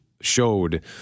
showed